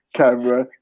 camera